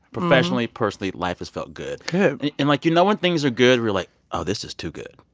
professionally, personally, life has felt good good and like, you know when things are good? you're like, oh, this is too good.